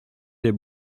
lès